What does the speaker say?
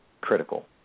critical